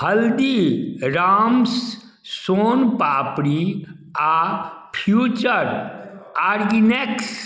हल्दीराम्स सोन पापड़ी आ future Organics